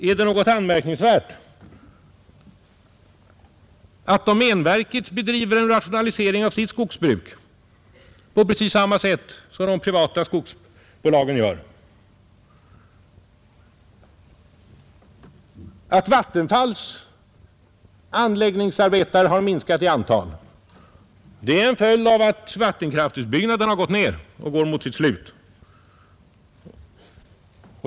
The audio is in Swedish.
Är det något anmärkningsvärt att domänverket bedriver en rationalisering av sitt skogsbruk på precis samma sätt som de privata skogsbolagen? Är det något anmärkningsvärt att Vattenfalls anläggningsarbetare har minskat i antal? Det är en följd av att vattenkraftsutbyggnaden har gått ner och lider mot sitt slut.